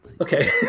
Okay